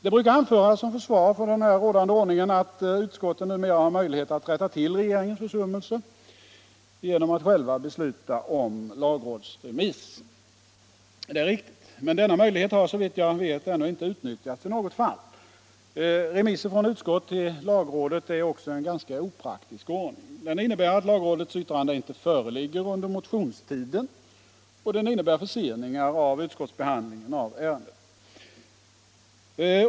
Det brukar anföras som försvar för den rådande ordningen att utskotten numera har möjligheter att rätta till regeringens försummelser genom att själva besluta om lagrådsremiss. Det är riktigt, men denna möjlighet har, såvitt jag vet, ännu inte utnyttjats i något fall. Remisser från utskott till lagrådet är också en ganska opraktisk ordning. Den innebär att lagrådets yttrande inte föreligger under motionstiden, och den innebär förseningar av utskottsbehandlingen av ärenden.